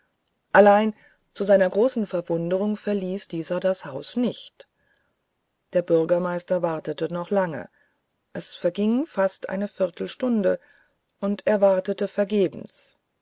allein zu seiner großen verwunderung verließ dieser das haus nicht der bürgermeister wartete noch lange es verging fast eine viertelstunde und er wartete vergebens